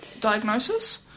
diagnosis